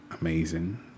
amazing